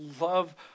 love